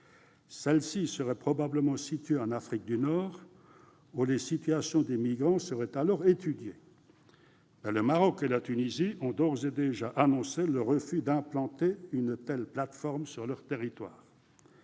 Celles-ci seraient probablement situées en Afrique du Nord, où les situations des migrants seraient étudiées. Le Maroc et la Tunisie ont d'ores et déjà annoncé leur refus d'implanter une telle plateforme sur leur territoire.